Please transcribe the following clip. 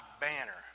banner